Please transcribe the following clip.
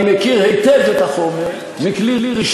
אומנם לא הייתי בקבינט אבל אני מכיר היטב את החומר מכלי ראשון,